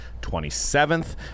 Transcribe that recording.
27th